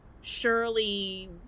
surely